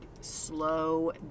slow